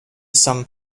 some